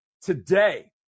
Today